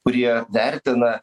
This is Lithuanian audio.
kurie vertina